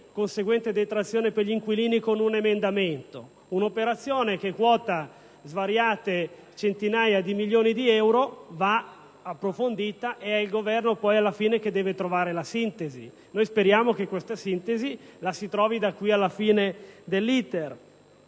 conseguente detrazione per gli inquilini, con un emendamento. Un'operazione del valore di svariate centinaia di milioni di euro va approfondita ed è il Governo che, alla fine, deve trovare la sintesi. Noi speriamo che si trovi questa sintesi entro la fine dell'*iter*